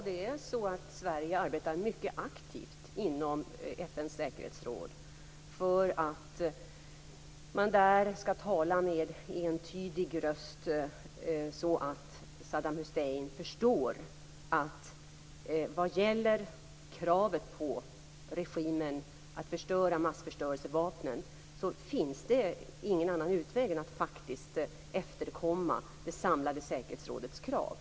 Herr talman! Sverige arbetar mycket aktivt inom FN:s säkerhetsråd för att man där skall tala med entydig röst, så att Saddam Hussein förstår att det vad gäller kravet på regimen att förstöra massförstörelsevapnen faktiskt inte finns någon annan utväg än att efterkomma det samlade säkerhetsrådets krav.